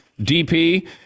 DP